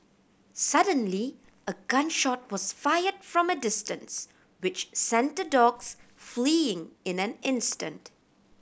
suddenly a gun shot was fired from a distance which sent dogs fleeing in an instant